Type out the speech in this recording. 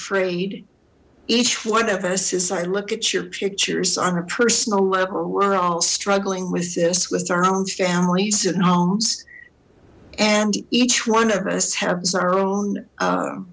frayed each one of us as i look at your pictures on a personal level we're all struggling with this with our own families and homes and each one of us has our own